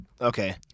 Okay